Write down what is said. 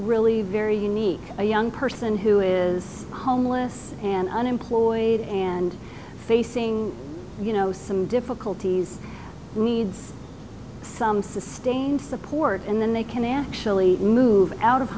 really very unique a young person who is homeless and unemployed and facing you know some difficulties who needs some sustained support and then they can actually move out of